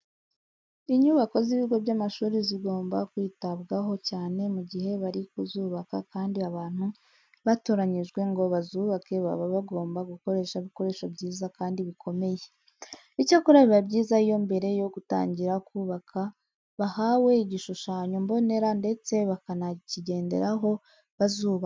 Inyubako z'ibigo by'amashuri zigomba kwitabwaho cyane mu gihe bari kuzubaka kandi abantu batoranyijwe ngo bazubake baba bagomba gukoresha ibikoresho byiza kandi bikomeye. Icyakora biba byiza iyo mbere yo gutangira kubaka bahawe igishushanyo mbonera ndetse bakanakigenderaho bazubaka.